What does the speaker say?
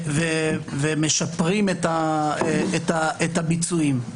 ומשפרים את הביצועים.